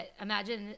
imagine